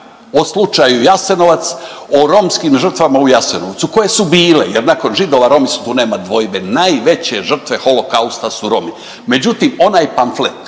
o slučaju Jasenovac, o romskim žrtvama u Jasenovcu koje su bile jer nakon Židova Romi su, tu nema dvojbe, najveće žrtve Holokausta su Romi, međutim onaj pamflet